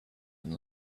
and